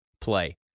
play